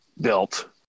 built